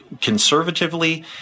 Conservatively